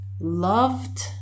loved